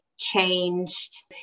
changed